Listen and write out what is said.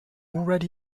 already